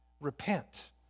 repent